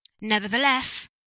Nevertheless